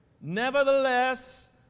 Nevertheless